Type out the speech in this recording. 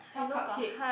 Twelve Cupcakes